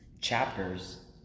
chapters